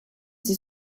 sie